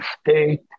state